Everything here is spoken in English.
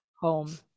home